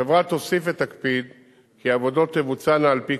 החברה תוסיף להקפיד כי העבודות תבוצענה על-פי